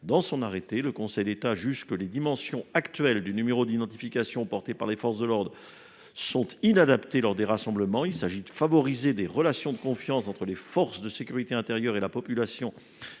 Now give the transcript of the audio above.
Dans son arrêt, le Conseil d’État juge que les dimensions actuelles du numéro d’identification portées par les forces de l’ordre lors des rassemblements sont « inadaptées ». Il s’agit de « favoriser des relations de confiance entre les forces de sécurité intérieure et la population